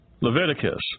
Leviticus